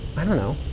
i don't know.